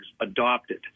adopted